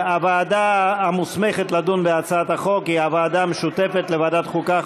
הוועדה המוסמכת לדון בהצעת החוק היא הוועדה המשותפת לוועדת החוקה,